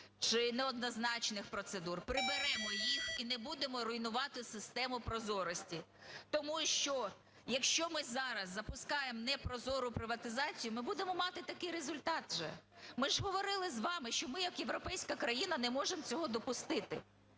чи неоднозначних процедур, приберемо їх і не будемо руйнувати систему прозорості, тому що, якщо ми зараз запускаємо непрозору приватизацію, ми будемо мати такий результат же. Ми ж говорили з вами, що ми як європейська країна не можемо цього допустити.